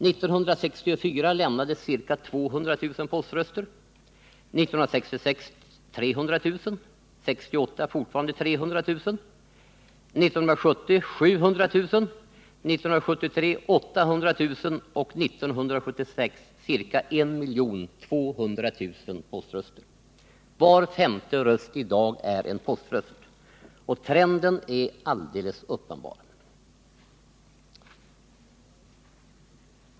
1964 avlämnades ca 200 000 poströster, 1966 avlämnades 300 000, 1968 avlämnades även då 300 000, 1970 avlämnades 700 000, 1973 avlämnades Var femte röst är i dag numera en poströst, och trenden är alldeles uppenbar.